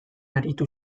aritu